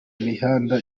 mihanda